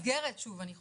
מסגרת, שוב אני חוזרת,